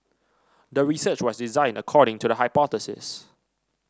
the research was designed according to the hypothesis